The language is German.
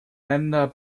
länder